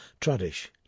tradish